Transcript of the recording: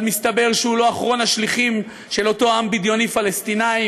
אבל מסתבר שהוא לא אחרון השליחים של אותו עם בדיוני פלסטיני,